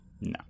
No